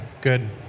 good